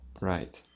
right